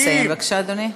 נא לסיים, בבקשה, אדוני.